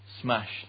Smashed